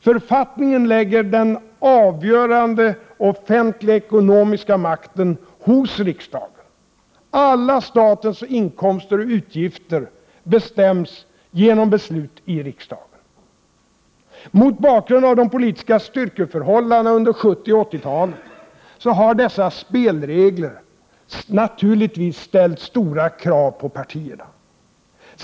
Författningen lägger den avgörande offentliga 7 juni 1989 ekonomiska makten hos riksdagen; alla statens inkomster och utgifter bestäms genom beslut i riksdagen. Mot bakgrund av de politiska styrkeförhållandena under 70 och 80-talen, har dessa spelregler naturligtvis ställt stora krav på partierna.